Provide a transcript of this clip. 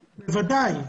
ודאי.